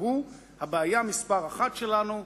והוא: הבעיה מספר אחת שלנו,